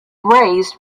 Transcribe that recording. raised